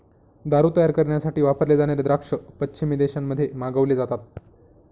दारू तयार करण्यासाठी वापरले जाणारे द्राक्ष पश्चिमी देशांमध्ये मागवले जातात